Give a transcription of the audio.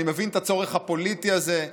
אני מבין את הצורך הפוליטי הזה,